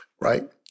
right